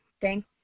Thank